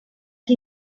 que